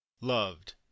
Loved